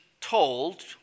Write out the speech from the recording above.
told